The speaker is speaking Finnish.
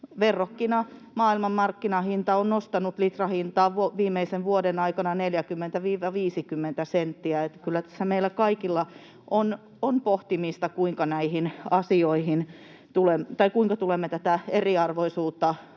verrokkina maailmanmarkkinahinta on nostanut litrahintaa viimeisen vuoden aikana 40—50 senttiä. Että kyllä tässä meillä kaikilla on pohtimista, kuinka tulemme tätä eriarvoisuutta